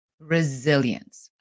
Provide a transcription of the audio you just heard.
resilience